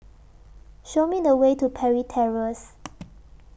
Show Me The Way to Parry Terrace